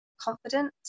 confident